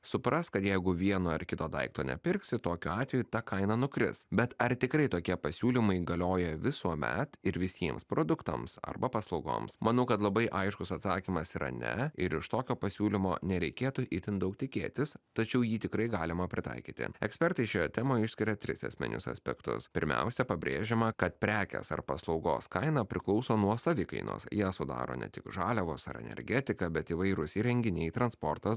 suprask kad jeigu vieno ar kito daikto nepirksi tokiu atveju ta kaina nukris bet ar tikrai tokie pasiūlymai galioja visuomet ir visiems produktams arba paslaugoms manau kad labai aiškus atsakymas yra ne ir iš tokio pasiūlymo nereikėtų itin daug tikėtis tačiau jį tikrai galima pritaikyti ekspertai šioje temoje išskiria tris esminius aspektus pirmiausia pabrėžiama kad prekės ar paslaugos kaina priklauso nuo savikainos ją sudaro ne tik žaliavos ar energetika bet įvairūs įrenginiai transportas